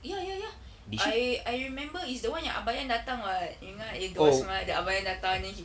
ya ya ya I I remember is the one yang abang yan dengan yang abang yan datang then he